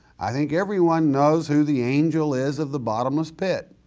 i think everyone knows who the angel is of the bottomless pit.